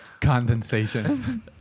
condensation